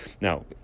Now